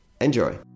Enjoy